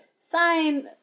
sign